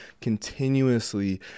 continuously